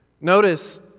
Notice